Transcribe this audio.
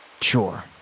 Sure